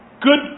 good